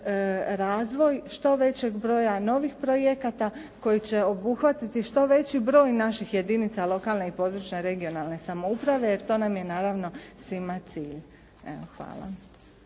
razvoj što većeg broja novih projekata koji će obuhvatiti što veći broj naših jedinica lokalne i područne regionalne samouprave jer to nam je naravno svima cilj. Evo,